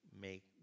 make